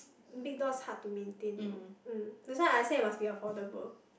big dogs hard to maintain though mm that's why I say must be affordable